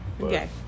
Okay